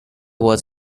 was